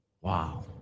Wow